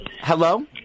hello